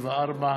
54),